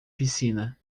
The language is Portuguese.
piscina